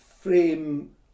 frame